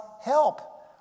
help